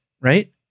right